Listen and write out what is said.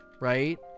right